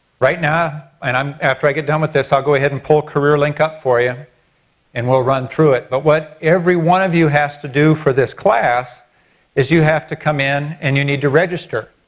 right now and um after i get done with this i'll go ahead and pull career link up for you and we'll run through it. but what every one of you has to do for this class is you have to come in and you need to register.